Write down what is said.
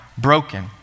broken